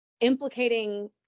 implicating